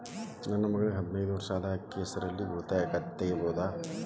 ನನ್ನ ಮಗಳಿಗೆ ಹದಿನೈದು ವರ್ಷ ಅದ ಅಕ್ಕಿ ಹೆಸರಲ್ಲೇ ಉಳಿತಾಯ ಖಾತೆ ತೆಗೆಯಬಹುದಾ?